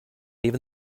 even